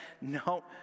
no